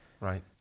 Right